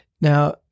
Now